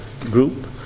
group